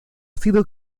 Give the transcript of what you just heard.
sido